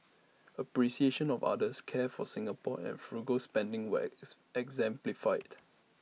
appreciation of others care for Singapore and frugal spending were ex exemplified